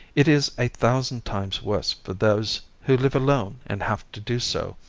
it is a thousand times worse for those who live alone and have to do so.